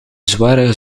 zware